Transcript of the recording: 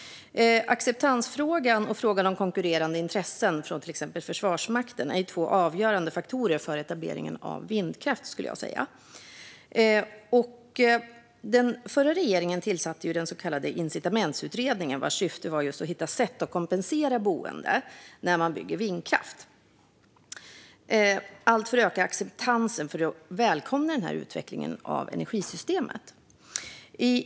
Acceptans och frågan om konkurrerande intressen från till exempel Försvarsmaktens sida är två avgörande faktorer för etablering av vindkraft. Den förra regeringen tillsatte ju Incitamentsutredningen, vars syfte var att hitta sätt att kompensera boende när man bygger vindkraft för att öka acceptansen för att man ska välkomna utvecklingen av energisystemet.